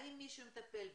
האם מישהו מטפל בזה,